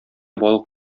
балык